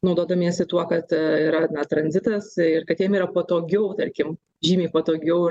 naudodamiesi tuo kad yra na tranzitas ir kad jiem yra patogiau tarkim žymiai patogiau